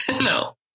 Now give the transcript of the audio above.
No